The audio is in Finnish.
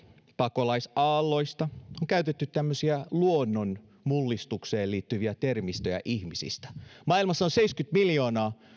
pakolaisaalloista on käytetty tämmöistä luonnonmullistuksiin liittyvää termistöä ihmisistä maailmassa on seitsemänkymmentä miljoonaa